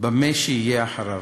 במה שיהיה אחריו".